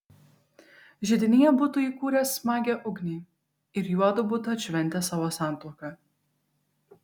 židinyje būtų įkūręs smagią ugnį ir juodu būtų atšventę savo santuoką